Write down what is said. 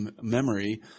memory –